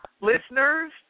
listeners